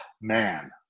man